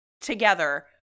together